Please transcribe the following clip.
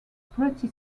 pretty